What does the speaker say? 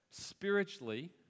spiritually